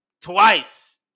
twice